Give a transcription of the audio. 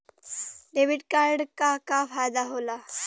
Debit card क का फायदा हो ला?